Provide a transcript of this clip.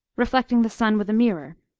reflecting the sun with a mirror